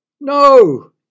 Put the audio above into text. No